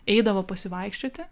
eidavo pasivaikščioti